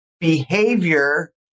behavior